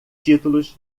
títulos